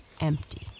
empty